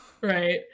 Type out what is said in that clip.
right